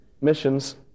missions